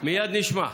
מייד נשמע.